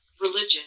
religion